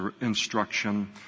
instruction